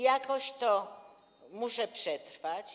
Jakoś to muszę przetrwać.